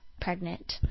pregnant